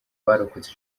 barokotse